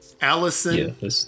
Allison